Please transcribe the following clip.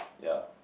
ya